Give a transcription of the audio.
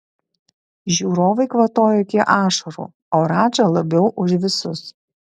žiūrovai kvatojo iki ašarų o radža labiau už visus